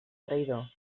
traïdor